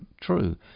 true